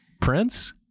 Prince